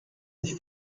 sich